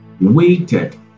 waited